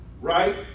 Right